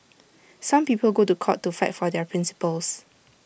some people go to court to fight for their principles